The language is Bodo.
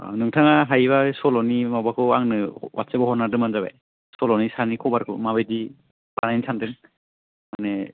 अ नोंथाङा हायोबा सल'नि माबाखौ आंनो वाटसेपआव हरनानै दोनबानो जाबाय सल'नि सानि कभारखौ माबायदि बानायनो सानदों माने